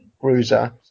Bruiser